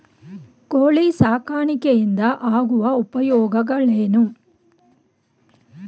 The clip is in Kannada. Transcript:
ಕೋಳಿ ಸಾಕಾಣಿಕೆಯಿಂದ ಆಗುವ ಉಪಯೋಗಗಳೇನು?